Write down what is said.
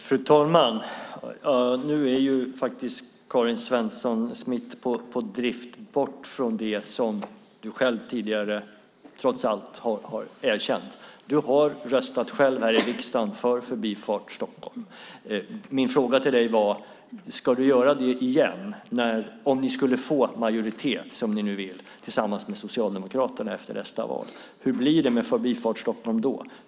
Fru talman! Nu är Karin Svensson Smith på drift, bort från det som hon själv tidigare har erkänt. Hon har röstat i riksdagen för Förbifart Stockholm. Min fråga var om hon ska göra det igen om Miljöpartiet tillsammans med Socialdemokraterna skulle få majoritet efter nästa val. Hur blir det i så fall med Förbifart Stockholm?